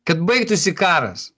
kad baigtųsi karas